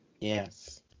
Yes